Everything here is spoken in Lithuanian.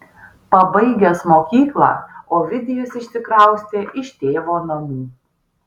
pabaigęs mokyklą ovidijus išsikraustė iš tėvo namų